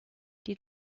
die